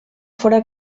fóra